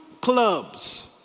clubs